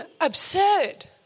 absurd